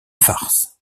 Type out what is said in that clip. farce